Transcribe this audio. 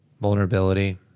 vulnerability